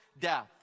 death